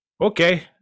okay